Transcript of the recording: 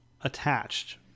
attached